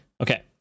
Okay